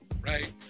Right